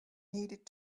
needed